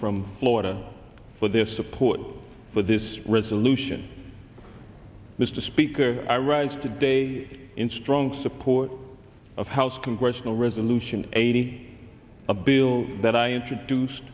from florida for their support for this resolution mr speaker i rise today in strong support of house congressional resolution eighty a bill that i introduced